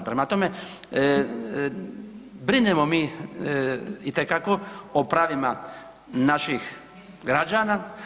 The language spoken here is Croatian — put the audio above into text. Prema tome, brinemo mi itekako o pravima naših građana.